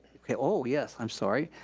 okay, oh, yes, i'm sorry.